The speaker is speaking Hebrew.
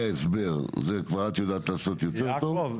ההסבר את יודעת לעשות את זה --- יעקב,